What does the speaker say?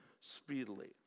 speedily